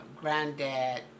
granddad